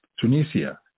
Tunisia